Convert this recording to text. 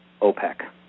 OPEC